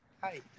hi